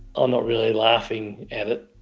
ah not really laughing at it,